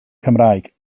cymraeg